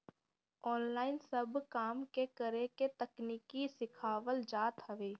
online सब काम के करे के तकनीकी सिखावल जात हवे